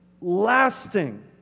lasting